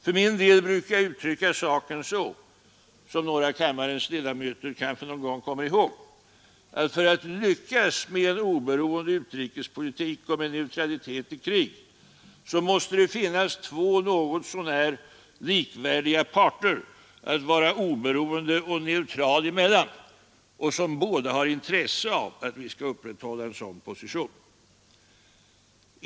För min del brukar jag uttrycka saken så, som några av kammarens ledamöter kanske kommer ihåg, att för att lyckas med en oberoende utrikespolitik och med neutralitet i krig måste det finnas två något så när likvärdiga parter att vara oberoende och neutral emellan — och som båda har intresse av att vi skall upprätthålla en sådan position.